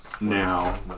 now